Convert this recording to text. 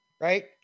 Right